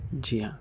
جی ہاں